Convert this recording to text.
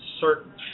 certain